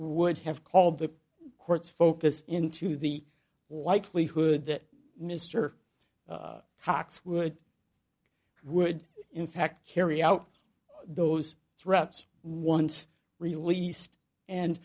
would have called the court's focus into the whitely hood that mr fox would would in fact carry out those threats once released and